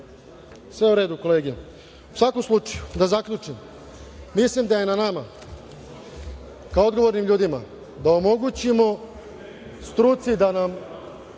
dana otključa. U svakom slučaju, da zaključim, mislim da je na nama kao odgovornim ljudima da omogućimo struci da nam